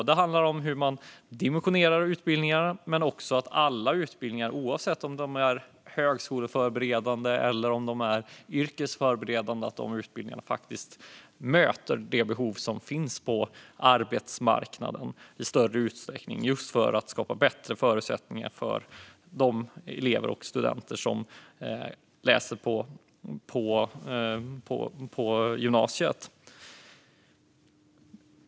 Det handlar om hur man dimensionerar utbildningarna, men också om att alla utbildningar, oavsett om de är högskoleförberedande eller yrkesförberedande, ska möta de behov som finns på arbetsmarknaden i större utsträckning för att skapa bättre förutsättningar för de elever och studenter som läser på gymnasiet.